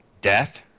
Death